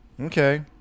okay